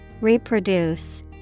reproduce